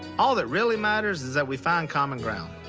all that really matters is that we find common ground,